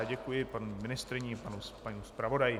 Děkuji paní ministryni a panu zpravodaji.